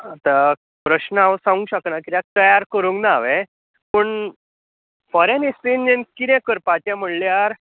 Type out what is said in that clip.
आतां प्रश्न हांव सागूंक शकना कित्याक तयार करूंक ना हांवे पूण फॉरेन हिस्ट्रीन कितें करपाचें म्हुणल्यार